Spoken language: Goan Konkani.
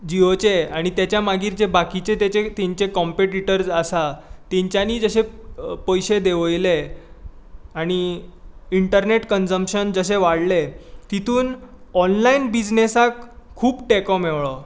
जिओचें आनी तेच्या मागीर जे बाकिचे तेचें तेंचें कॅम्पिटीटर आसा तेंच्यानी जशे पयशे देंवयले आणी इंटरनॅट कन्जम्पशन जशें वाडलें तितूंत ऑनलायन बिजनॅसाक खूब तेंको मेळ्ळो